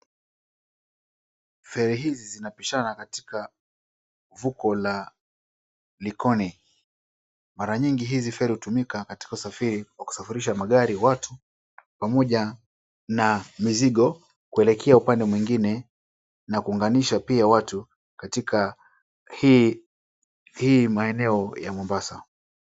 Feri hizi zinapishana katika vuko la Likoni. Mara nyingi hizi feri hutumika katika usafiri wa kusafirisha magari, watu pamoja na mizigo kuelekea upande mwingine na kuunganisha pia watu katika hii maeneo ya Mombasa.